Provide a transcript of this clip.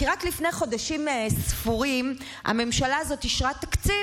כי רק לפני חודשים ספורים הממשלה הזאת אישרה תקציב,